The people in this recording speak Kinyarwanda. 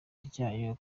ryayo